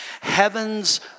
heaven's